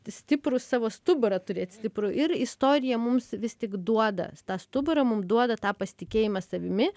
stiprūs savo stuburą turėt stiprų ir istorija mums vis tik duoda tą stuburą mum duoda tą pasitikėjimą savimi